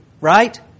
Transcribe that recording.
Right